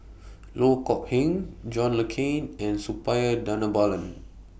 Loh Kok Heng John Le Cain and Suppiah Dhanabalan